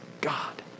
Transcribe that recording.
God